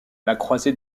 croisée